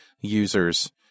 users